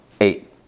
eight